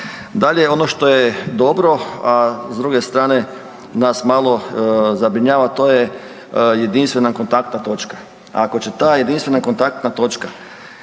Dalje, ono što je dobro, a s druge strane nas malo zabrinjava to je jedinstvena kontaktna točka. Ako će ta jedinstvena kontaktna točka